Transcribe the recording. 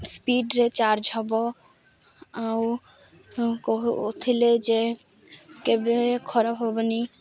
ସ୍ପିଡ଼ରେ ଚାର୍ଜ ହବ ଆଉ କହୁଥିଲେ ଯେ କେବେ ଖରାପ ହବନି